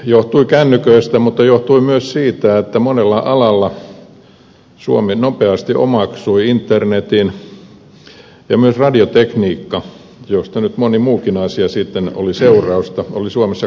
johtui kännyköistä mutta johtui myös siitä että monella alalla suomi nopeasti omaksui internetin ja myös radiotekniikka josta nyt moni muukin asia sitten oli seurausta oli suomessa korkeatasoinen